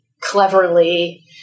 cleverly